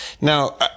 Now